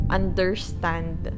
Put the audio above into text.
understand